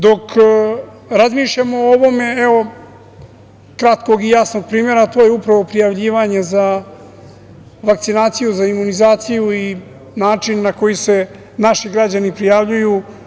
Dok razmišljam o ovome, eve kratkog i jasnog primera, a to je upravo prijavljivanje za vakcinaciju, za imunizaciju i način na koji se naši građani prijavljuju.